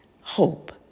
Hope